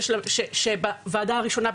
לוועדה הראשונה,